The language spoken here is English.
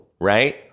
Right